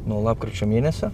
nuo lapkričio mėnesio